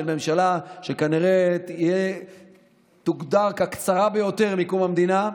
ממשלה שכנראה תוגדר כקצרה ביותר מקום המדינה,